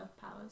powers